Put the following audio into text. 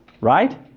Right